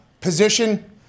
position